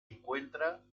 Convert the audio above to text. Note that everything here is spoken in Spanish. encuentra